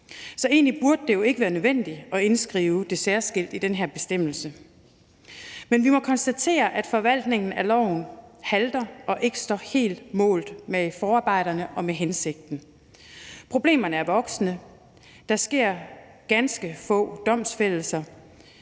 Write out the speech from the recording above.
Egentlig burde det ikke været nødvendigt at indskrive det særskilt i den her bestemmelse, men vi må konstatere, at forvaltningen af loven halter og ikke helt står mål med forarbejderne og hensigten. Problemerne er voksende, der sker ganske få domfældelser,